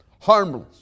harmless